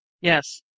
Yes